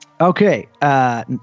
Okay